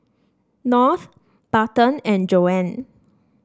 North Barton and Joann